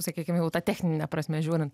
sakykim jau ta technine prasme žiūrint